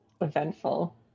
eventful